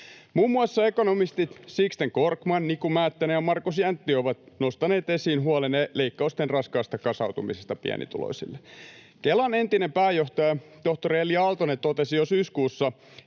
Muun muassa ekonomistit Sixten Korkman, Niku Määttänen ja Markus Jäntti ovat nostaneet esiin huolen leikkausten raskaasta kasautumisesta pienituloisille. Kelan entinen pääjohtaja, tohtori Elli Aaltonen totesi jo syyskuussa,